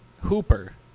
Hooper